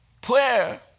prayer